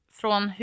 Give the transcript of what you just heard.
från